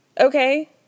okay